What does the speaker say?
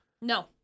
No